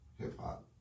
hip-hop